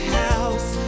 house